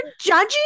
judging